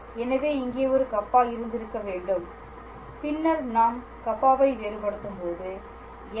எனவே இங்கே ஒரு கப்பா இருந்திருக்க வேண்டும் பின்னர் நாம் கப்பாவை வேறுபடுத்தும்போது n̂